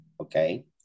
okay